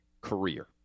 career